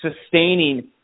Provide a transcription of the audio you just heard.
sustaining